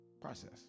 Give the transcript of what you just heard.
process